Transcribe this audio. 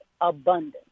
abundant